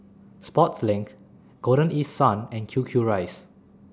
Sportslink Golden East Sun and Q Q Rice